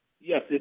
yes